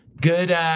good